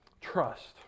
trust